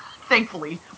thankfully